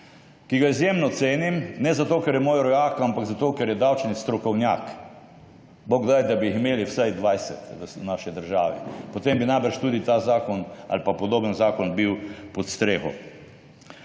ki ga izjemno cenim. Ne zato, ker je moj rojak, ampak zato, ker je davčni strokovnjak. Bog daj, da bi jih imeli vsaj 20 v naši državi. Potem bi najbrž tudi ta zakon ali podoben zakon bil pod streho.